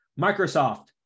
Microsoft